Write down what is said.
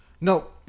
No